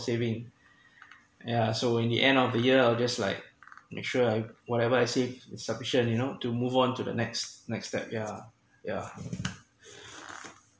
saving yeah so in the end of the year I'll just like make sure I whatever I saved it's sufficient you not to move on to the next next step yeah yeah